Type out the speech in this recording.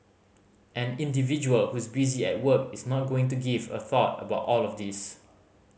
an individual who's busy at work is not going to give a thought about all of this